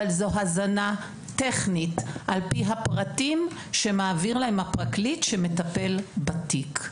זו הזנה טכנית על פי הפרטים שמעביר להם הפרקליט שמטפל בתיק.